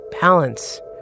balance